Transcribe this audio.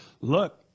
look